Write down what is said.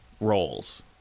roles